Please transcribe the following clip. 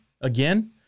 again